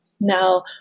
Now